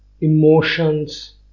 emotions